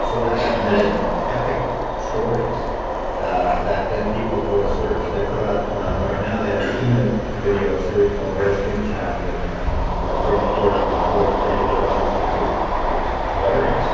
four-and-a-half minute epic stories that then people go to search. they put up right now, they have a two-minute video series called bare skin chat with with james corden and and chloe grace moretz, which is just it's hilarious.